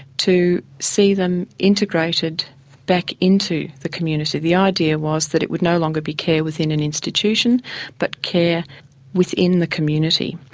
to see them integrated back into the community. the idea was that it would no longer be care within an institution but care within the community.